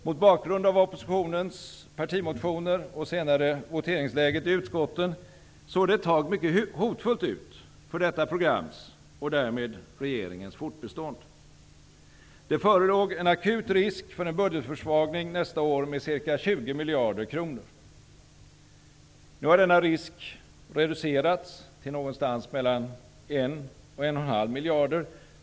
Mot bakgrund av oppositionens partimotioner och senare voteringsläget i utskottet såg det ett tag mycket hotfullt ut för detta programs och därmed regeringens fortbestånd. Det förelåg en akut risk för en budgetförsvagning nästa år med ca 20 miljarder kronor. Nu har denna risk reducerats till någonstans mellan 1 och 1,5 miljarder.